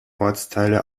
ortsteile